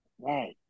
Right